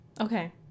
Okay